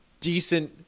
decent